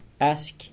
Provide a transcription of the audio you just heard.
ask